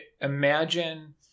Imagine